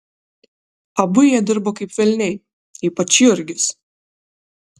abu jie dirbo kaip velniai ypač jurgis